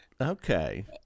Okay